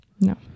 no